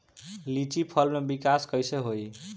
लीची फल में विकास कइसे होई?